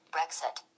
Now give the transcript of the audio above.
Brexit